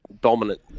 dominant